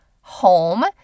home